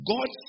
God